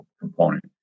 component